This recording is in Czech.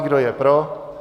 Kdo je pro?